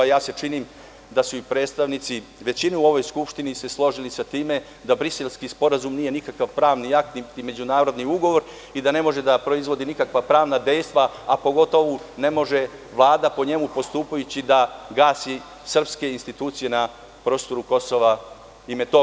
Čini mi se da su se i predstavnici većine u ovoj Skupštini složili sa time da Briselski sporazum nije nikakav pravni akt, niti međunarodni ugovor, i da ne može da proizvodi nikakva pravna dejstva, a pogotovo ne može Vlada po njemu postupajući da gasi srpske institucije na prostoru KiM.